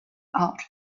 art